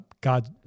God